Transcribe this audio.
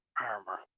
armor